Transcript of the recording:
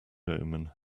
omen